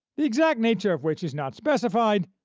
the exact nature of which is not specified,